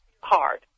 hard